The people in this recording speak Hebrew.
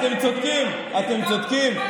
אתם צודקים, אתם צודקים.